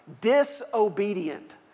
disobedient